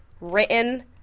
written